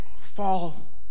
fall